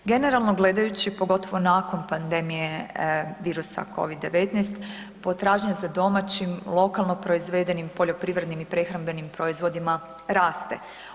Generalno gledajući pogotovo nakon pandemije virusa COVID 19, potražna za domaćim, lokalno proizvedenim poljoprivrednim i prehrambenim proizvodima raste.